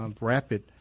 rapid